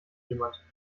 jemand